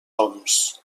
oms